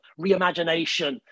reimagination